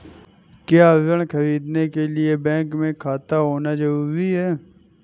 क्या ऋण ख़रीदने के लिए बैंक में खाता होना जरूरी है?